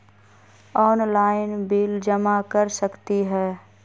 Online bill जमा कर सकती ह?